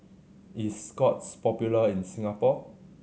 is Scott's popular in Singapore